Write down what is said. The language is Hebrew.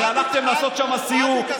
הרי הלכתם לעשות שם סיור,